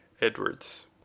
Edwards